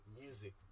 music